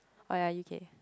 oh ya U_K